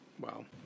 Wow